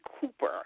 Cooper